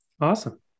Awesome